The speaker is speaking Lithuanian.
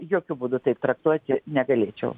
jokiu būdu taip traktuoti negalėčiau